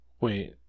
Wait